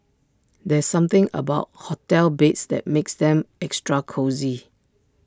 there's something about hotel beds that makes them extra cosy